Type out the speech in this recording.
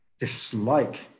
dislike